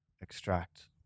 extract